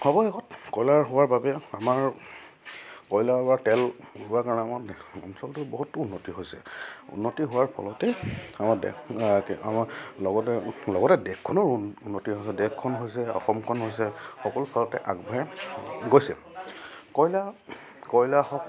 অৱশেষত কয়লাৰ হোৱাৰ বাবে আমাৰ কয়লাৰ বা তেল হোৱাৰ কাৰণে আমাৰ অঞ্চলটো বহুতো উন্নতি হৈছে উন্নতি হোৱাৰ ফলতেই আমাৰ দেশ আমাৰ লগতে লগতে দেশখনৰ উন্নতি হৈছে দেশখন হৈছে অসমখন হৈছে সকলো ফলতে আগবঢ়াই গৈছে কয়লা কয়লা হওক